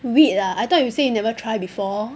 weed ah I thought you said you never try before